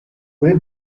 will